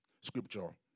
scripture